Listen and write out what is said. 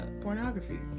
pornography